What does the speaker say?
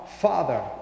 Father